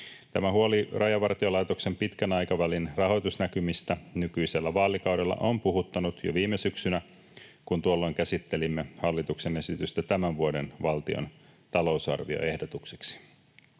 Tämä huoli Rajavartiolaitoksen pitkän aikavälin rahoitusnäkymistä nykyisellä vaalikaudella on puhuttanut jo viime syksynä, kun tuolloin käsittelimme hallituksen esitystä tämän vuoden valtion talousarvioehdotukseksi.